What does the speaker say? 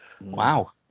wow